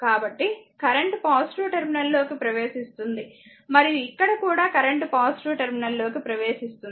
కాబట్టి current positive terminal లోకి ప్రవేశిస్తుంది మరియు ఇక్కడ కూడా కరెంట్ పాజిటివ్ టెర్మినల్లోకి ప్రవేశిస్తుంది